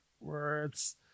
words